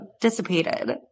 dissipated